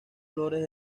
flores